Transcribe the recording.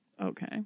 Okay